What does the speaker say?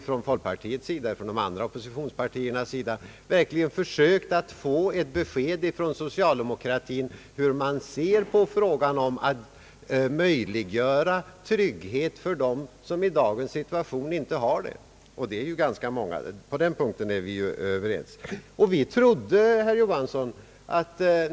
Från folkpartiets och övriga Ooppositionspartiers sida har man verkligen försökt få ett besked från socialdemokraterna om hur de ser på frågan att möjliggöra trygghet för dem som i dag inte har det. Vi kan väl vara överens om att det är ganska många.